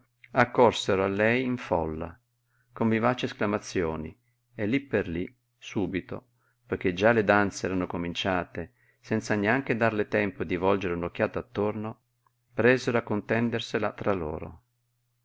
forestiera accorsero a lei in folla con vivaci esclamazioni e lí per lí subito poiché già le danze erano cominciate senza neanche darle tempo di volgere un'occhiata attorno presero a contendersela tra loro